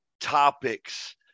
topics